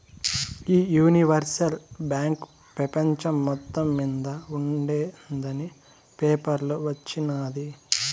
ఈ universal bank పెపంచం మొత్తం మింద ఉండేందని పేపర్లో వచిన్నాది